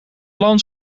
land